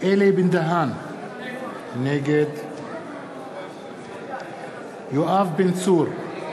אלי בן-דהן, נגד יואב בן צור, נגד